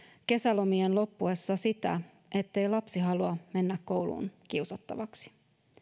kesälomien loppuessa sitä ettei lapsi halua mennä kouluun kiusattavaksi